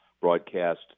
broadcast